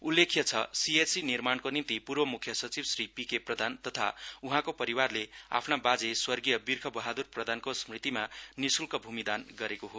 उल्लेख छ C H C निर्माणको निम्ति पूर्व मुख्य सचिव श्री पी के प्रधान तथा उहाँको परिवारले आफ्ना बाजे स्वर्गीय वीर्ख बहादुर प्रधानको स्मृतिमा निशुल्क भूमि दान गरेके हो